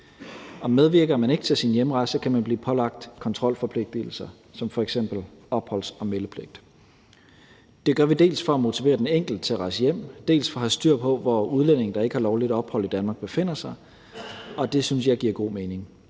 medvirker man ikke til sin hjemrejse, kan man blive pålagt kontrolforpligtigelser som f.eks. opholds- og meldepligt. Det gør vi dels for at motivere den enkelte til at rejse hjem, dels for at have styr på, hvor udlændinge, der ikke har lovligt ophold i Danmark, befinder sig. Og det synes jeg giver god mening.